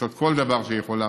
לעשות כל דבר שהיא יכולה,